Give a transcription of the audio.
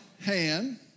hand